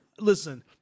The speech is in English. Listen